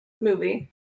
movie